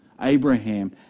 Abraham